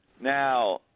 Now